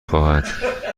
خواهد